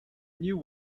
new